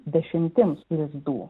dešimtims lizdų